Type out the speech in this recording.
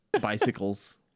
bicycles